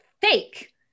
fake